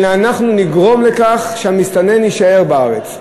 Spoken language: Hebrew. אלא אנחנו נגרום לכך שהמסתנן יישאר בארץ.